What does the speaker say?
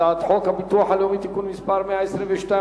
הצעת חוק הביטוח הלאומי (תיקון מס' 122),